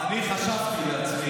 אני אגיד לך משהו.